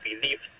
believe